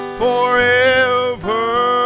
forever